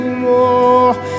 more